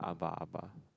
Abba Abba